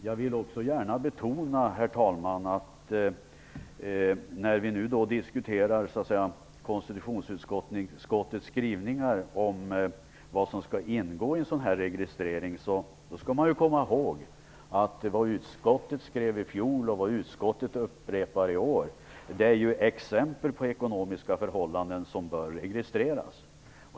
Jag vill också gärna betona att när vi nu diskuterar konstitutionsutskottets skrivningar om vad som skall ingå i en registrering skall man komma ihåg att vad utskottet skrev i fjol och vad utskottet upprepar i år är exempel på ekonomiska förhållanden som bör registreras.